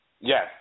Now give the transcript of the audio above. Yes